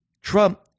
Trump